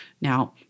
Now